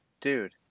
dude